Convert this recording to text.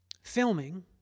filming